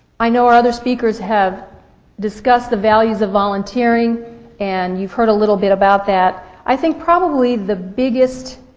i know other speakers have discussed the values of volunteering and you've heard a little bit about that. i think probably the biggest